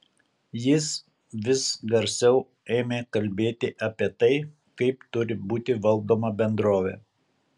jis vis garsiau ėmė kalbėti apie tai kaip turi būti valdoma bendrovė